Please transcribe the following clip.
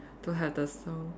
to have the sound